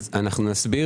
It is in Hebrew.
נסביר.